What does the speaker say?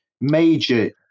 major